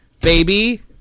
Baby